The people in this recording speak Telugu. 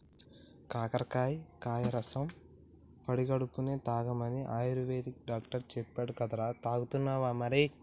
కాకరకాయ కాయ రసం పడిగడుపున్నె తాగమని ఆయుర్వేదిక్ డాక్టర్ చెప్పిండు కదరా, తాగుతున్నావా మరి